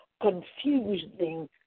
confusing